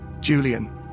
Julian